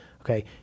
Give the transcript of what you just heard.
okay